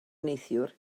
neithiwr